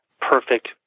perfect